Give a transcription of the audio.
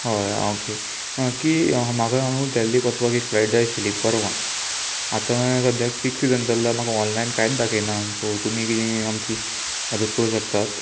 हय ओके की म्हाका हांव न्हू देल्लीक वचपाक एक फ्लायट जाय आशिल्ली परवां आतां सद्याक पीक सिजन चल्ला म्हाका ऑनलायन कांयच दाखयना सो तुमी किदें आमची मदत करूं शकतात